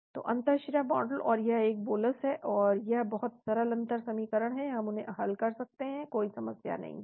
तो अंतःशिरा मॉडल और यह एक बोलस है तो यह बहुत सरल अंतर समीकरण हैं हम उन्हें हल कर सकते हैं कोई समस्या नहीं है